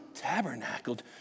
tabernacled